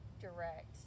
direct